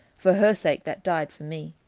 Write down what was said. for her sake that died for me.